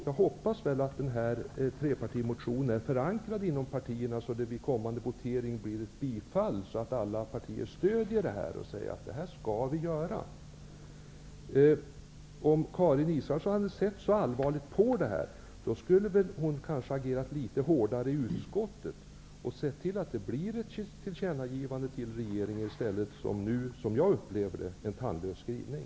Jag hoppas att denna trepartimotion är förankrad inom partierna så att det vid kommande votering blir ett bifall och att alla partier stödjer förslaget och säger: Detta skall vi genomföra. Om Karin Israelsson hade sett så allvarligt på denna fråga, borde hon ha agerat litet hårdare i utskottet och sett till att det gjorts ett tillkännagivande till regeringen i stället för, som jag upplever det, en tandlös skrivning.